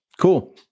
cool